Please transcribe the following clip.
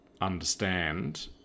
understand